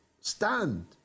stand